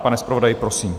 Pane zpravodaji, prosím.